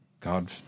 God